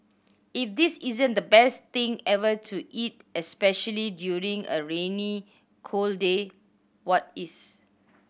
if this isn't the best thing ever to eat especially during a rainy cold day what is